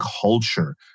culture